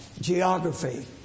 geography